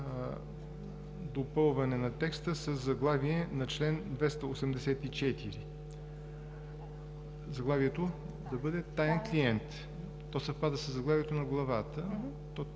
допълване на текста със заглавие на чл. 284. Заглавието да бъде „Таен клиент“, то съвпада със заглавието на Главата.